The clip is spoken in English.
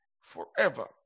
forever